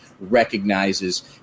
recognizes